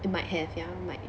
it might have ya might